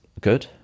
good